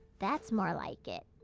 that's more like it.